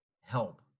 help